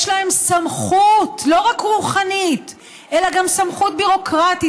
להם סמכות לא רק רוחנית אלא גם סמכות ביורוקרטית,